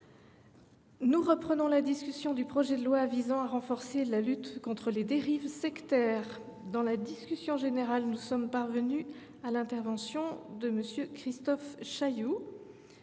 Nous reprenons la discussion du projet de loi visant à renforcer la lutte contre les dérives sectaires. Dans la discussion générale, la parole est à M. Christophe Chaillou.